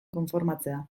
konformatzea